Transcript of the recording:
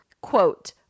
quote